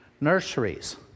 nurseries